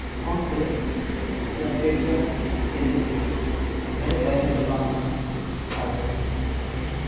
phone پے یا Paytm کے ذریعے میرے بینک اکاؤنٹ میں آ جائے